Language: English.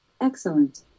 Excellent